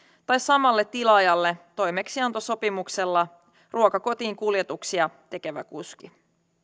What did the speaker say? tai samalle tilaajalle toimeksiantosopimuksella ruoan kotiinkuljetuksia tekevä kuski